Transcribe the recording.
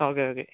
okay okay